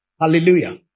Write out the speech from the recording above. Hallelujah